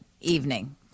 evening